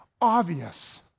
obvious